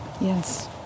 Yes